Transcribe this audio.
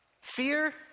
Fear